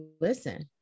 listen